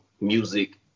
music